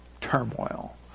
turmoil